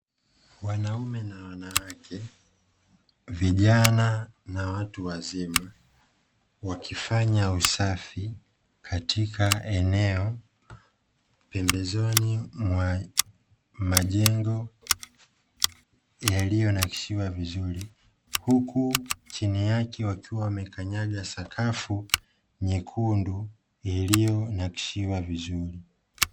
Wanaume na wanawake, vijana na watu wazima, wakifanya usafi katika eneo pembezoni mwa majengo yaliyonakshiwa vizuri, huku chini yake wakiwa wamekanyaga sakafu nyekundu iliyonakishiwa vizuri.